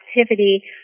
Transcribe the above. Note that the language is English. activity